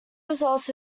results